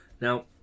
Now